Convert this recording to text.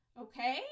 Okay